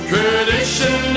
Tradition